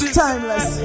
timeless